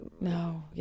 No